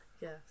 Yes